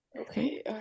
Okay